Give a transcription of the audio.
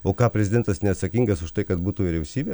o ką prezidentas neatsakingas už tai kad būtų vyriausybė